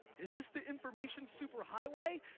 is this the information superhighway?